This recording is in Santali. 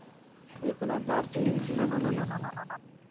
ᱦᱳᱭᱳᱜ ᱠᱟᱱᱟ ᱫᱟᱨᱡᱤᱞᱤᱝ ᱥᱤᱞᱤᱜᱩᱲᱤ